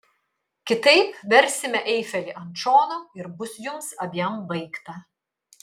kitaip versime eifelį ant šono ir bus jums abiem baigta